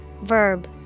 Verb